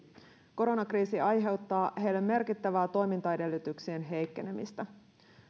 koronakriisi aiheuttaa heille merkittävää toimintaedellytyksien heikkenemistä